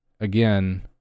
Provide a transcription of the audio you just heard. again